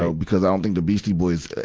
so because i don't think the beastie boys,